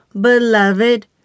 beloved